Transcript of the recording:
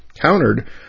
countered